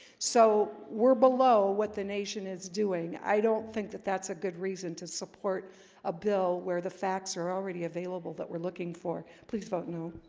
so we're below what the nation is doing i don't think that that's a good reason to support a bill where the facts are already available that we're looking for please vote no